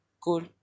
cool